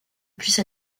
puisse